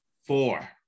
Four